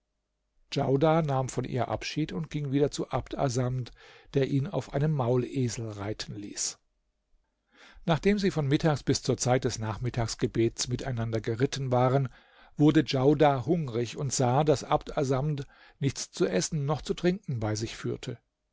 djaudar nahm von ihr abschied und ging wieder zu abd assamd der ihn auf einem maulesel reiten ließ nachdem sie von mittags bis zur zeit des nachmittagsgebets miteinander geritten waren wurde djaudar hungrig und sah daß abd assamd nichts zu essen noch zu trinken bei sich führte